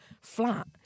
flat